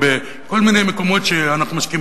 כל מיני מקומות שאנחנו משקיעים,